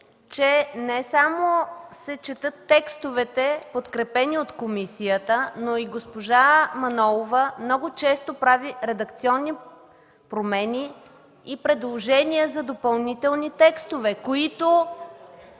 че не само се четат текстовете, подкрепени от комисията –госпожа Манолова много често прави редакционни промени и предложения за допълнителни текстове, които